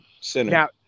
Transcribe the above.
center